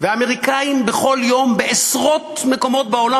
והאמריקנים בכל יום בעשרות מקומות בעולם